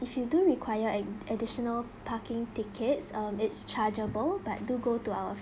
if you do require an an additional parking tickets um it's chargeable but do go to our